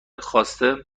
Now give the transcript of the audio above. خواسته